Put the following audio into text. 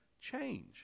Change